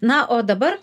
na o dabar